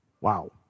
Wow